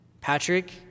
Patrick